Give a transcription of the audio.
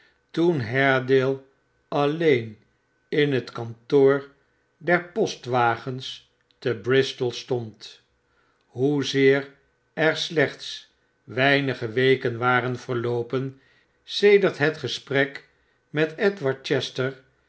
toen haredale alleen in het kantoor der postwagens te bristol stond hoezeer er slechts weinige weken waren verloopen sedert het gesprek met edward chester